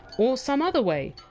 or some other way?